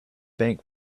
bank